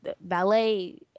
ballet